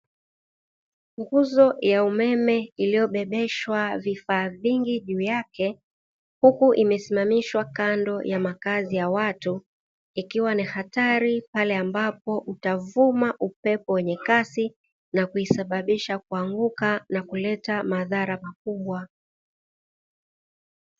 Nguzo ya umeme iliyobebeshwa vifaa vingi juu yake, huku imesimamishwa kando ya makazi ya watu. Hii ni hatari endapo upepo utavuma kwa kasi na kusababisha kuanguka na kuleta madhara makubwa.